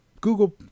Google